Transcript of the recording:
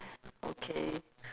okay